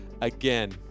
again